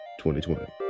2020